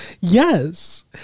Yes